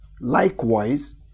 likewise